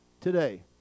today